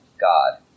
God